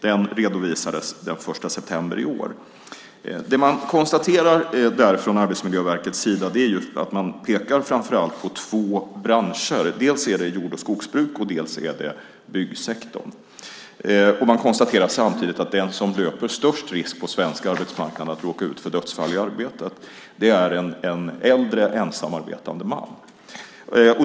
Den redovisades den 1 september i år. Arbetsmiljöverket pekar framför allt på två branscher. Dels är det jord och skogsbruk, dels är det byggsektorn. Man konstaterar samtidigt att den som löper störst risk på svensk arbetsmarknad för att råka ut för dödsfall i arbetet är en äldre ensamarbetande man.